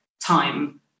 time